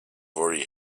already